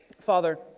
Father